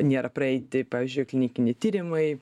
nėra praeiti pavyzdžiui klinikiniai tyrimai